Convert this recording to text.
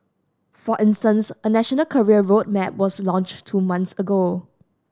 for instance a national career road map was launched two months ago